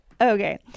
Okay